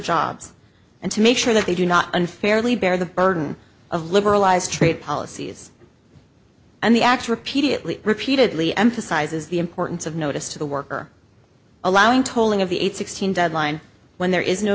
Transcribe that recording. jobs and to make sure that they do not unfairly bear the burden of liberalized trade policies and the x repeatedly repeatedly emphasizes the importance of notice to the worker allowing tolling of the eight sixteen deadline when there is no